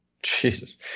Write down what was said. Jesus